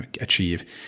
achieve